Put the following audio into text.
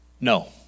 No